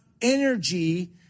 energy